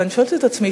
ואני שואלת את עצמי,